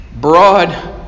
broad